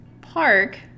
park